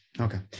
okay